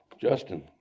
Justin